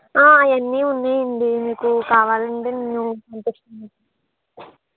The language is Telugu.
అవన్నీ ఉన్నాయండి మీకు కావాలంటే నేను పంపిస్తాను